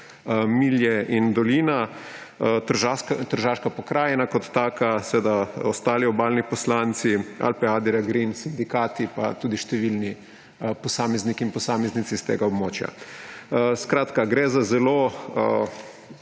Milje in Dolina, tržaška pokrajina kot taka, seveda ostali obalni poslanci, Alpe Adria Green, sindikati pa tudi številni posamezniki in posameznice s tega območja. Skratka, gre za zelo